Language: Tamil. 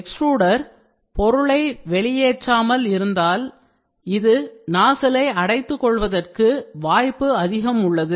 எக்ஸ்ட்ருடெர் பொருளை வெளியேற்றாமல் இருந்தால் இந்த பொருள் நாசிலை அடைத்துக் கொள்வதற்கு வாய்ப்பு அதிகம் உள்ளது